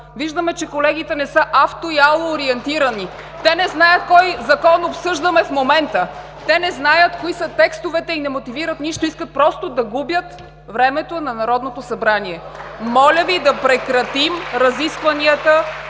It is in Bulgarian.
Виждаме, че колегите не са авто- и алоориентирани. Те не знаят кой Закон обсъждаме в момента. Те не знаят кои са текстовете и не мотивират нищо. (Ръкопляскания в ГЕРБ.) Искат просто да губят времето на Народното събрание! Моля Ви да прекратим разискванията